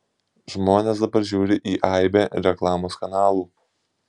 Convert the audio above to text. žmonės dabar žiūri į aibę reklamos kanalų